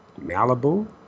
Malibu